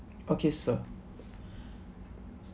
okay sir